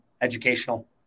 educational